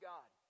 God